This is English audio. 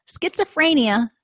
Schizophrenia